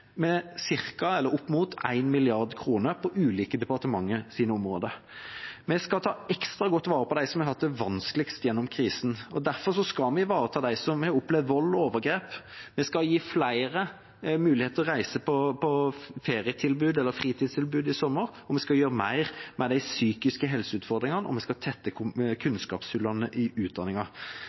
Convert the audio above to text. med opp mot 1 mrd. kr på ulike departementers områder. Vi skal ta ekstra godt vare på dem som har hatt det vanskeligst gjennom krisen. Derfor skal vi ivareta dem som har opplevd vold og overgrep, vi skal gi flere mulighet til å reise på ferie- eller fritidstilbud i sommer, vi skal gjøre mer med de psykiske helseutfordringene, og vi skal tette kunnskapshullene i